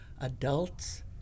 adults